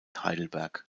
heidelberg